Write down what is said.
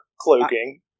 cloaking